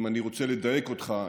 אם אני רוצה לדייק אותך,